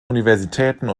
universitäten